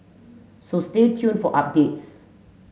so stay tuned for updates